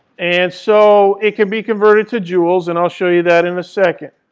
and so it can be converted to joules. and i'll show you that in a second.